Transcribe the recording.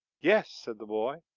yes, said the boy.